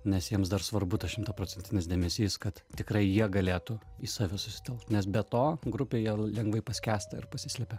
nes jiems dar svarbu tas šimtaprocentinis dėmesys kad tikrai jie galėtų į save susitelkt nes be to grupėje lengvai paskęsta ir pasislepia